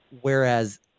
whereas